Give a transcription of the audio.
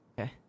Okay